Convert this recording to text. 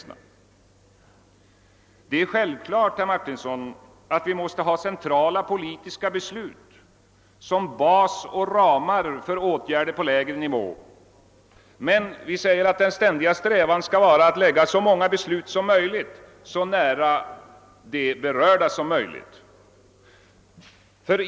Det är självklart, herr Martinsson, att vi måste fatta centrala politiska beslut som bas och som ram för åtgärder på lägre nivå, men den ständiga strävan skall vara att lägga så många beslut som möjligt så nära de berörda som möjligt.